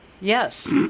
yes